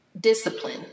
discipline